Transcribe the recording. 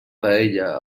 paella